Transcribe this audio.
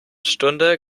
stunde